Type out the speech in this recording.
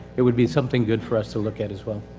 it would be something good for us to look at as well.